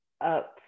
up